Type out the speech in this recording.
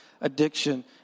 addiction